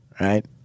Right